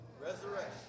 Resurrection